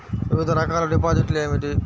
వివిధ రకాల డిపాజిట్లు ఏమిటీ?